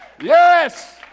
yes